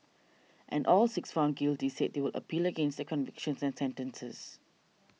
and all six found guilty said they would appeal against their convictions and sentences